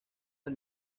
del